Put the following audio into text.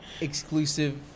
exclusive